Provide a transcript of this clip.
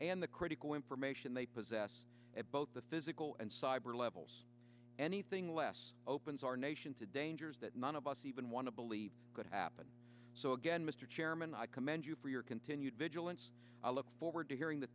and the critical information they possess at both the physical and cyber levels anything less opens our nation to dangers that none of us even want to believe could happen so again mr chairman i commend you for your continued vigilance i look forward to hearing the